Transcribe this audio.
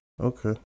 Okay